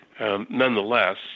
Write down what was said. Nonetheless